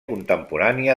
contemporània